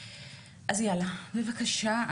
בבקשה,